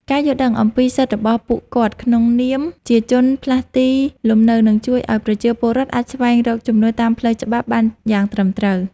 ការយល់ដឹងអំពីសិទ្ធិរបស់ខ្លួនឯងក្នុងនាមជាជនផ្លាស់ទីលំនៅនឹងជួយឱ្យប្រជាពលរដ្ឋអាចស្វែងរកជំនួយតាមផ្លូវច្បាប់បានយ៉ាងត្រឹមត្រូវ។